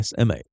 SMA